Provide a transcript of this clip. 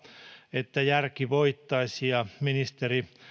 että järki voittaisi ja ministeri